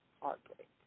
heartbreak